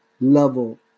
level